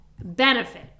benefit